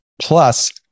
Plus